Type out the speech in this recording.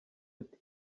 ati